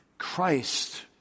Christ